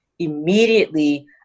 immediately